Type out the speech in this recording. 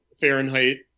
Fahrenheit